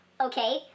Okay